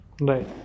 Right